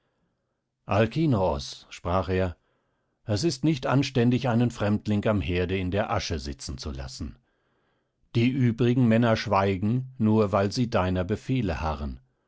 alkinoos sprach er es ist nicht anständig einen fremdling am herde in der asche sitzen zu lassen die übrigen männer schweigen nur weil sie deiner befehle harren